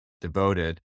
devoted